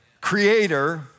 creator